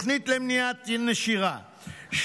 תוכנית למניעת נשירה,